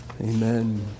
Amen